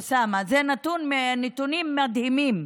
אוסאמה, אלה נתונים מדהימים.